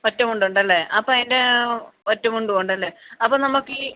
ഒറ്റമുണ്ടുണ്ടല്ലേ അപ്പോള് അയിൻ്റെ ഒറ്റമുണ്ടും ഉണ്ടല്ലേ അപ്പോള് നമുക്കീ